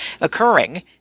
occurring